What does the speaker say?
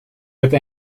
have